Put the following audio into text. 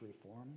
reform